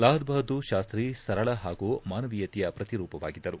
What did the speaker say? ಲಾಲ್ಬಹದ್ದೂರ್ ಶಾಸ್ತಿ ಸರಳ ಹಾಗೂ ಮಾನವೀಯತೆಯ ಪ್ರತಿರೂಪವಾಗಿದ್ದರು